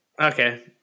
okay